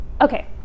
okay